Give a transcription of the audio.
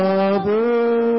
Father